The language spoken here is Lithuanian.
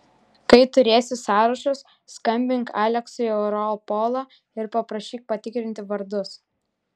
kai turėsi sąrašus skambink aleksui į europolą ir paprašyk patikrinti vardus